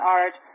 art